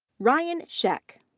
ryan scheck.